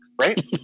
Right